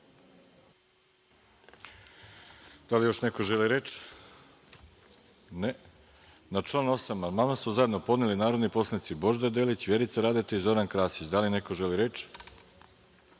Da li još neko želi reč? (Ne.)Na član 8. amandman su zajedno podneli narodni poslanici Božidar Delić, Vjerica Radeta i Zoran Krasić. Da li neko želi reč?